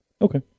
Okay